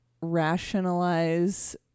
rationalize